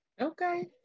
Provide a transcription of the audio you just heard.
okay